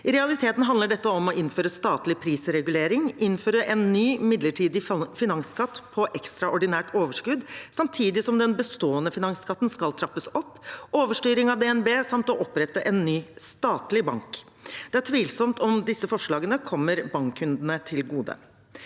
I realiteten handler det om å innføre statlig prisregulering, innføre en ny, midlertidig finansskatt på ekstraordinært overskudd, samtidig som den bestående finansskatten skal trappes opp, overstyring av DNB samt å opprette en ny statlig bank. Det er tvilsomt om disse forslagene kommer bankkundene til gode.